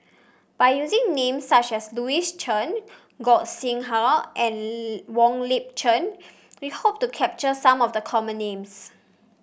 by using names such as Louis Chen Gog Sing Hooi and Wong Lip Chin we hope to capture some of the common names